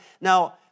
Now